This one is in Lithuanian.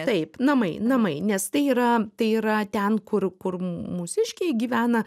taip namai namai nes tai yra tai yra ten kur kur mūsiškiai gyvena